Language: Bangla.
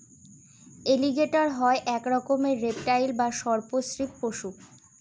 এলিগেটের হয় এক রকমের রেপ্টাইল বা সর্প শ্রীপ পশু